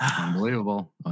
Unbelievable